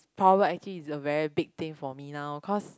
private actually is a very big thing for me now cause